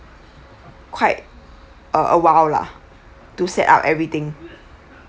quite uh awhile lah to set up everything